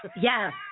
yes